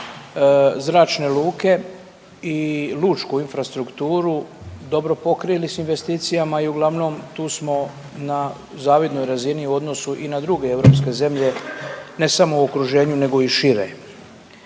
zračne luke i lučku infrastrukturu dobro pokrili sa investicijama i uglavnom tu smo na zavidnoj razini u odnosu i na druge europske zemlje ne samo u okruženju nego i šire.